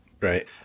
Right